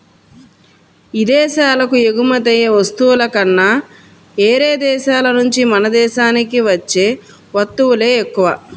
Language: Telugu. ఇదేశాలకు ఎగుమతయ్యే వస్తువుల కన్నా యేరే దేశాల నుంచే మన దేశానికి వచ్చే వత్తువులే ఎక్కువ